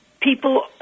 people